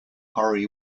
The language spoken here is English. ore